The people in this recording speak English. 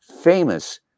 famous